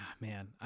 man